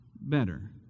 better